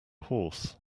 horse